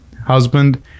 husband